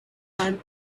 and